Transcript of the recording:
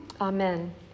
Amen